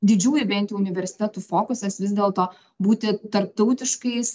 didžiųjų bent jau universitetų fokusas vis dėlto būti tarptautiškais